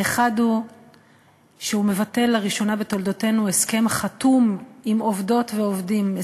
האחד הוא שהוא מבטל לראשונה בתולדותינו הסכם חתום עם עובדות ועובדים,